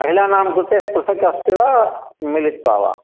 महिलानां कृते पृथक् अस्ति वा मिलित्वा वा